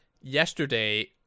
yesterday